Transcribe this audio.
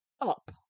up